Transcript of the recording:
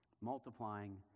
multiplying